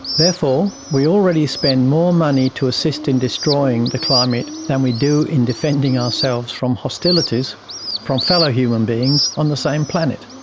therefore we already spend more money to assist in destroying the climate than we do in defending ourselves from hostilities from fellow human beings on the same planet.